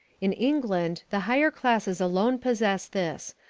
in england the higher classes alone possess this,